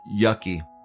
yucky